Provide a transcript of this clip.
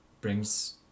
Brings